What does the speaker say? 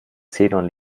xenon